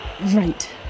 Right